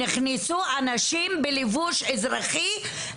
נכנסו אנשים בליבוש אזרחי,